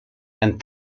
and